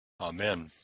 Amen